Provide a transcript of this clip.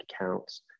accounts